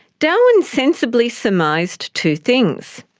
darwin sensibly surmised two things.